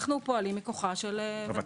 אנחנו פועלים מכוחה של הוות"ל.